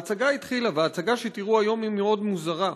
ההצגה התחילה, וההצגה שתראו היום היא מאוד מוזרה.